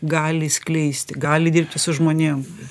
gali skleisti gali dirbti su žmonėm